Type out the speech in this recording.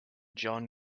john